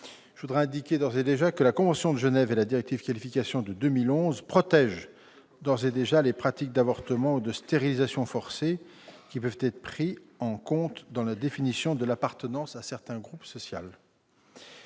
est passible de sanctions pénales. La convention de Genève et la directive Qualification de 2011 protègent d'ores et déjà les pratiques d'avortement ou de stérilisation forcés, qui peuvent être prises en compte dans la définition de l'appartenance à un certain groupe social.